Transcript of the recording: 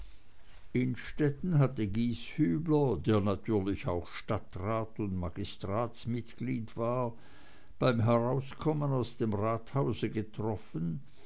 innstetten hatte gieshübler der natürlich auch stadtrat und magistratsmitglied war beim herauskommen aus dem rathaus getroffen